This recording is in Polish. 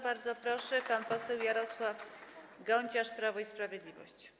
Bardzo proszę, pan poseł Jarosław Gonciarz, Prawo i Sprawiedliwość.